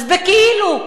אז בכאילו.